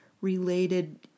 related